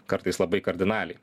kartais labai kardinaliai